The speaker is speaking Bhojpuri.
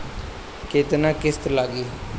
केतना किस्त लागी?